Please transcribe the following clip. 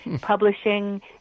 publishing